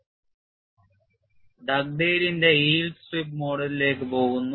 നമ്മൾ ഡഗ്ഡെയ്ലിന്റെ yield strip മോഡലിലേക്ക് പോകുന്നു